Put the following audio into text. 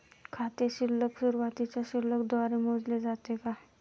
खाते शिल्लक सुरुवातीच्या शिल्लक द्वारे मोजले जाते का?